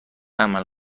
عمل